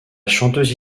chanteuse